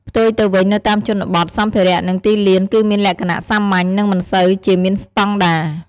ផ្ទុយទៅវិញនៅតាមជនបទ សម្ភារៈ និងទីលានគឺមានលក្ខណៈ សាមញ្ញ និងមិនសូវជាមានស្តង់ដារ។